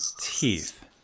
teeth